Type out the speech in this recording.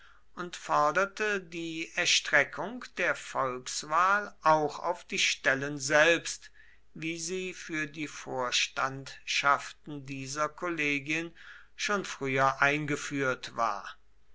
und forderte die erstreckung der volkswahl auch auf die stellen selbst wie sie für die vorstandschaften dieser kollegien schon früher eingeführt war